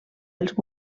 els